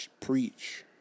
preach